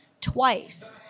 twice